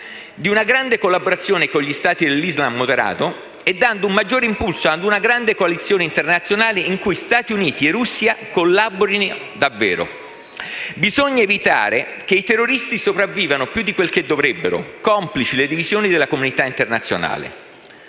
di una grande collaborazione con gli Stati dell'Islam moderato e dando un maggior impulso a una grande coalizione internazionale in cui Stati Uniti e Russia collaborino davvero. Bisogna evitare che i terroristi sopravvivano più di quel che dovrebbero, complici le divisioni della comunità internazionale.